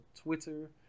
Twitter